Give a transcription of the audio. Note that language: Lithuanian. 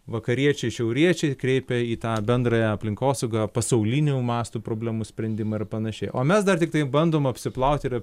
vakariečiai šiauriečiai kreipia į tą bendrąją aplinkosaugą pasaulinių mastų problemų sprendimą ir panašiai o mes dar tiktai bandom apsiplaut ir